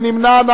מי נמנע?